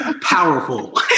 Powerful